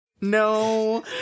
No